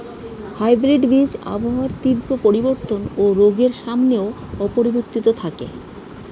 hybrid বীজ আবহাওয়ার তীব্র পরিবর্তন ও রোগের সামনেও অপরিবর্তিত থাকে